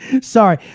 sorry